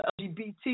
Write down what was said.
LGBT